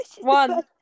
One